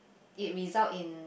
it result in